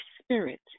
Spirit